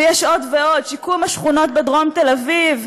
ויש עוד ועוד: שיקום השכונות בדרום תל-אביב,